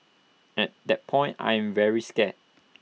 at that point I am very scared